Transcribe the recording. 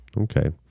Okay